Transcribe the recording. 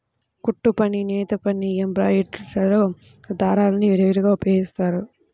కుట్టుపని, నేతపని, ఎంబ్రాయిడరీలో దారాల్ని విరివిగా ఉపయోగిస్తారు